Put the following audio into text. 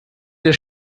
der